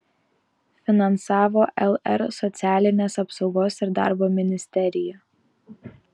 finansavo lr socialinės apsaugos ir darbo ministerija